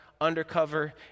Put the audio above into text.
undercover